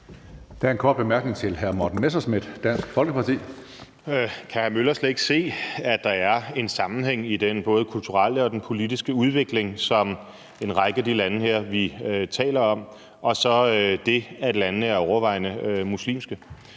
Dansk Folkeparti. Kl. 16:13 Morten Messerschmidt (DF): Kan hr. Henrik Møller slet ikke se, at der er en sammenhæng mellem den kulturelle og politiske udvikling i en række af de lande, vi taler om, og så det, at landene er overvejende muslimske?